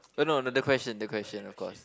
no no the the question the question of course